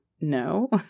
no